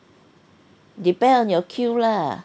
depend on your queue lah